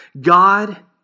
God